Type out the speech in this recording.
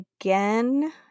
again